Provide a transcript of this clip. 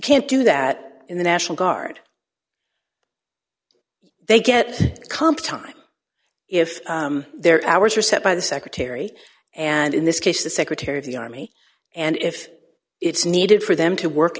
can't do that in the national guard they get comp time if their hours are set by the secretary and in this case the secretary of the army and if it's needed for them to work